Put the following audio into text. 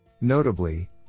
Notably